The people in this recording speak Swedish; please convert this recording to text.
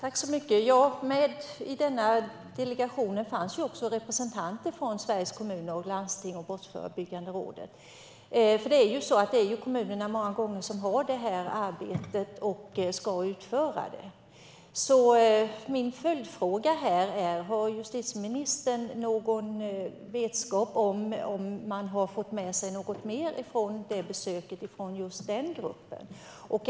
Herr talman! Med i denna delegation fanns också representanter för Sveriges Kommuner och Landsting och Brottsförebyggande rådet. Många gånger är det kommunerna som ska utföra detta arbete. Har justitieministern någon vetskap om huruvida SKL fick med sig något mer från det besöket?